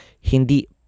Hindi